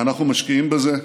ואנחנו משקיעים בזה,